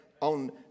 on